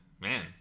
man